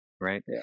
right